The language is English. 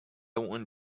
want